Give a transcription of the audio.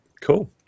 Cool